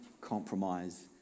compromise